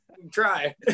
try